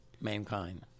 mankind